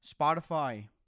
Spotify